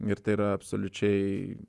ir tai yra absoliučiai